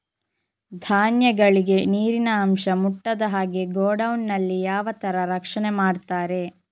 ಧಾನ್ಯಗಳಿಗೆ ನೀರಿನ ಅಂಶ ಮುಟ್ಟದ ಹಾಗೆ ಗೋಡೌನ್ ನಲ್ಲಿ ಯಾವ ತರ ರಕ್ಷಣೆ ಮಾಡ್ತಾರೆ?